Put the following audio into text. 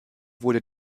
wurde